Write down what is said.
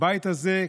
הבית הזה,